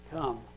come